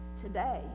Today